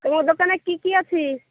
ତୁମ ଦୋକାନରେ କି କି ଅଛି